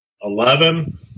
eleven